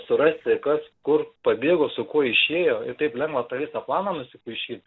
surasti kas kur pabėgo su kuo išėjo ir taip lengva tą visą planą nusipaišyt